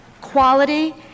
quality